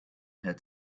had